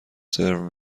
سرو